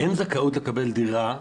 אין זכאות לקבל דירה,